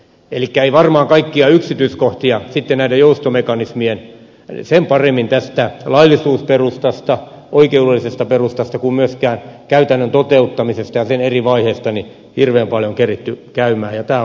elikkä ei varmaan kaikkia yksityiskohtia sitten näiden joustomekanismien sen paremmin laillisuusperustasta oikeudellisesta perustasta kuin myöskään käytännön toteuttamisesta ja sen eri vaiheista hirveän paljon keritty käydä ja tämä on minun mielestäni tunnustettava